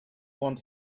want